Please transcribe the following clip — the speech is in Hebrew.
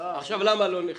עכשיו למה לא נכנסים.